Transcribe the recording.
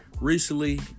Recently